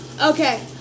Okay